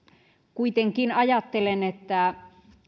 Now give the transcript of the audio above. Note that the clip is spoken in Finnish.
kuitenkin ajattelen että